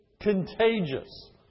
contagious